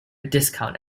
discount